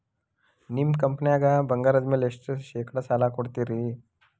ನಿಮ್ಮ ಕಂಪನ್ಯಾಗ ಬಂಗಾರದ ಮ್ಯಾಲೆ ಎಷ್ಟ ಶೇಕಡಾ ಸಾಲ ಕೊಡ್ತಿರಿ?